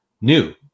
new